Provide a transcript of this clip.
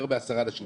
יותר מעשרה אנשים,